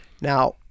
Now